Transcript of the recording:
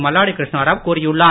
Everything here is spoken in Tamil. மல்லாடி கிருஷ்ணராவ் கூறியுள்ளார்